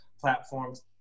platforms